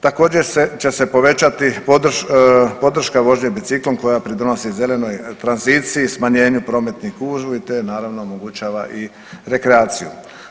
Također će se povećati podrška vožnje biciklom koja pridonosi zelenoj tranziciji, smanjenju prometnih gužvi te naravno omogućava i rekreaciju.